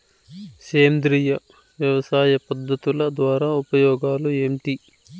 సేంద్రియ వ్యవసాయ పద్ధతుల ద్వారా ఉపయోగాలు ఏంటి?